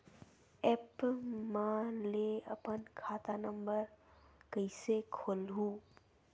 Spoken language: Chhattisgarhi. एप्प म ले अपन खाता नम्बर कइसे खोलहु?